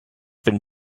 been